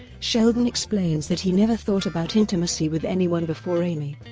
sheldon explains that he never thought about intimacy with anyone before amy.